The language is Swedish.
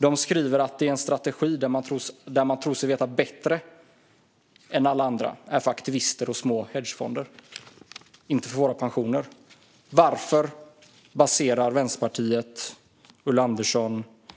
De skriver vidare att en strategi där man tror sig veta bättre än alla andra är för aktivister och små hedgefonder, inte för våra pensioner. Varför baserar Ulla Andersson och Vänsterpartiet